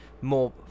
more